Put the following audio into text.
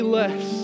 less